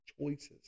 choices